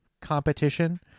competition